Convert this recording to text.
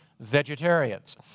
vegetarians